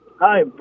Hi